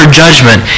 judgment